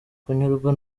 kunyurwa